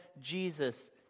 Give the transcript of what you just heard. Jesus